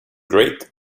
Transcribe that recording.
great